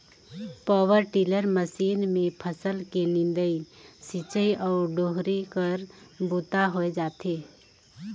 power tiller machine मे फसल के निंदई, सिंचई अउ डोहरी कर बूता होए जाथे